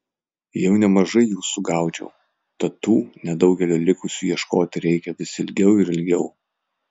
jau nemažai jų sugaudžiau tad tų nedaugelio likusių ieškoti reikia vis ilgiau ir ilgiau